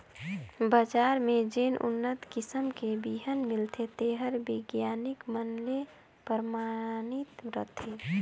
बजार में जेन उन्नत किसम के बिहन मिलथे तेहर बिग्यानिक मन ले परमानित रथे